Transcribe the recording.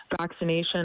vaccination